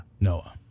Noah